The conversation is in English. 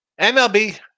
MLB